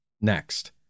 next